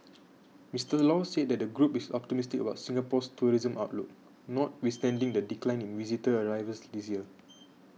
Mister Law said the group is optimistic about Singapore's tourism outlook notwithstanding the decline in visitor arrivals this year